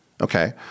Okay